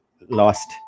lost